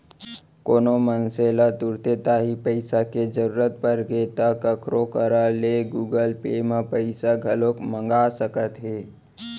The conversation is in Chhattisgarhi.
कोनो मनसे ल तुरते तांही पइसा के जरूरत परगे ता काखरो करा ले गुगल पे म पइसा घलौक मंगा सकत हे